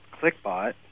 clickbot